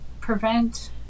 prevent